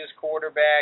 quarterback